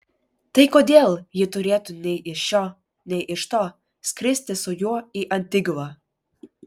tai kodėl ji turėtų nei iš šio nei iš to skristi su juo į antigvą